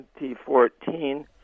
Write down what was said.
2014